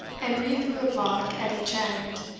and reeved through a block at each end,